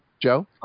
Joe